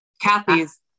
Kathy's